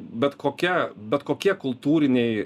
bet kokia bet kokie kultūriniai